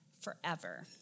forever